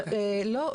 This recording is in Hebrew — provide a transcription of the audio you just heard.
לא.